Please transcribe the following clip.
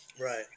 right